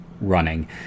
running